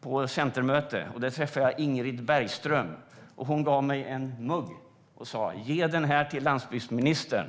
på centermöte. Där träffade jag Ingrid Bergström som gav mig en mugg och sa: Ge den här till landsbygdsministern!